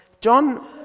John